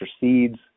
seeds